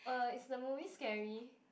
uh is the movie scary